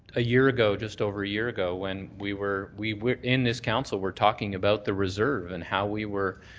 a year ago, just over a year ago, when we were we were in this council, we were talking about the reserve and how we were